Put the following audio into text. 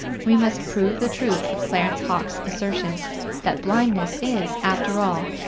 we must prove the truth of clarence hawkes' assertion that blindness is, after all,